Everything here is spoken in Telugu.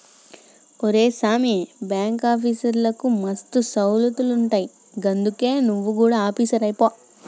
ఒరే సామీ, బాంకాఫీసర్లకు మస్తు సౌలతులుంటయ్ గందుకే నువు గుడ ఆపీసరువైపో